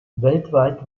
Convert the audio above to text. weltweit